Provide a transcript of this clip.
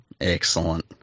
excellent